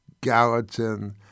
Gallatin